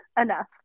enough